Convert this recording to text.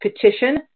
petition